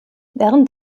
während